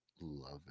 Love